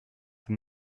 than